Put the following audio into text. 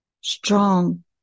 Strong